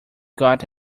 got